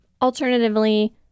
Alternatively